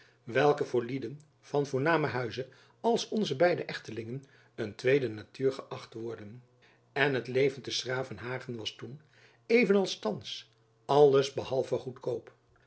welke voor lieden van voornamen huize als onze beide echtelingen een tweede natuur geächt worden en het leven te s gravenhage was toen even als thands alles behalve goedkoop